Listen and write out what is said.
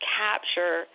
capture